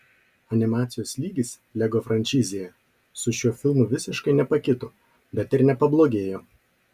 animacijos lygis lego frančizėje su šiuo filmu visiškai nepakito bet ir nepablogėjo